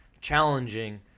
challenging